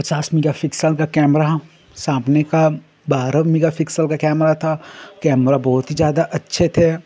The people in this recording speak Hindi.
पचास मेगा पिक्सल का कैमरा सामने का बारह मेगा पिक्सल का कैमेरा था कैमेरा बहुत ही ज़्यादा अच्छे थे